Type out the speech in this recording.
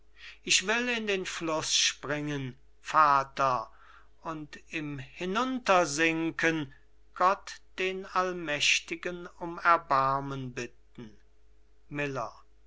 ich will in den fluß springen vater und im hinuntersinken gott den allmächtigen um erbarmen bitten miller